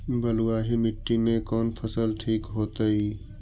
बलुआही मिट्टी में कौन फसल ठिक होतइ?